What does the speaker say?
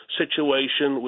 situation